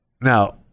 Now